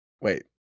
wait